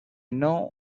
know